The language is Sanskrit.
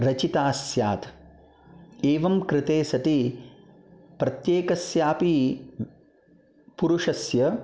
रचिता स्यात् एवं कृते सति प्रत्येकस्यापि पुरुषस्य